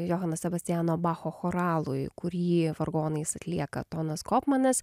johano sebastiano bacho choralui kurį vargonais atlieka tonas kopmanas